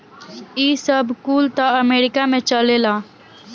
ई सब कुल त अमेरीका में चलेला